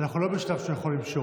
אנחנו לא בשלב שהוא יכול למשוך.